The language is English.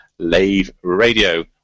Laveradio